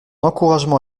encouragement